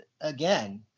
again